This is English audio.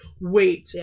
wait